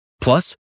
Plus